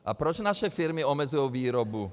A proč naše firmy omezují výrobu?